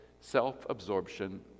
Self-absorption